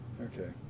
Okay